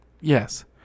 Yes